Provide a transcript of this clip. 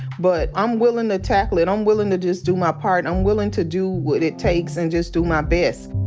but i'm willing to tackle it. i'm willing to just do my part. and willing to do what it takes and just do my best.